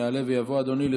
יעלה ויבוא אדוני.